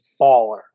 baller